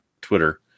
Twitter